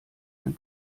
ein